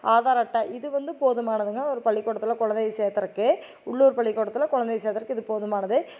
ஆதார் அட்டை இது வந்து போதுமானதுங்க ஒரு பள்ளிக்கூடத்தில் கொழந்தைய சேர்த்துறக்கு உள்ளுர் பள்ளிக்கூடத்தில் கொழந்தைய சேர்த்துறக்கு இது போதுமானது